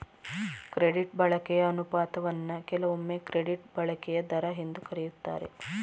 credit ಬಳಕೆಯ ಅನುಪಾತವನ್ನ ಕೆಲವೊಮ್ಮೆ ಕ್ರೆಡಿಟ್ ಬಳಕೆಯ ದರ ಎಂದು ಕರೆಯುತ್ತಾರೆ